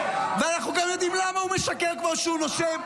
--- ואנחנו גם יודעים למה הוא משקר כמו שהוא נושם,